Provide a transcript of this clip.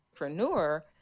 Entrepreneur